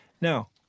Now